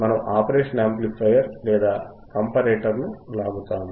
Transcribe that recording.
మనము operational amplifier లేదా comparator ను తీసుకుంటాము